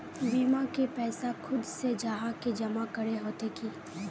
बीमा के पैसा खुद से जाहा के जमा करे होते की?